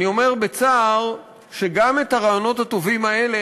אני אומר בצער שגם את הרעיונות הטובים האלה,